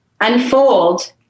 unfold